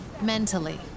Mentally